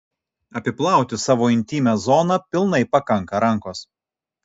apiplauti savo intymią zoną pilnai pakanka rankos